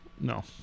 No